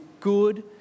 good